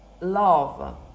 Love